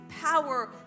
power